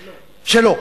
שלו.